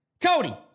Cody